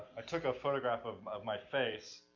i took a photograph of of my face,